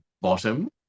bottom